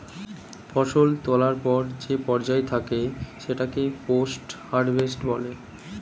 ফসল তোলার পর যে পর্যায় থাকে সেটাকে পোস্ট হারভেস্ট বলে